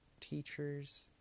teachers